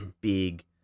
big